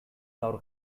gaur